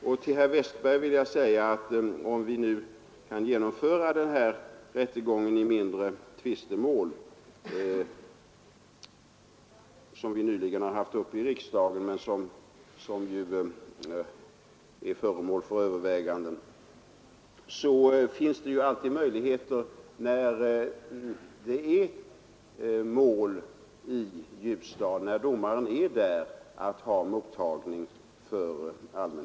Till herr Westberg i Ljusdal vill jag säga att om vi nu kan genomföra den rättegång i mindre tvistemål som vi nyligen haft uppe i riksdagen men som nu är föremål för övervägande, så finns det alltid möjligheter att ha mottagning för allmänheten när det är mål i Ljusdal och domaren är där.